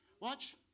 Watch